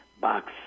box